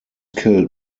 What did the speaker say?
killed